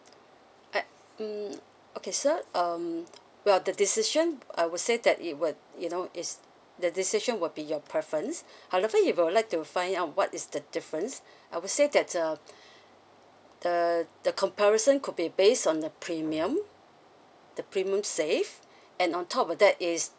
I mm okay sir um well the decision I would say that it would you know is the decision will be your preference however if you would like to find out what is the difference I would say that uh the the comparison could be based on the premium the premium save and on top of that is